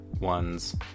ones